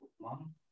Mom